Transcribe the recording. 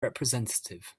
representative